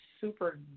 super